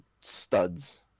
studs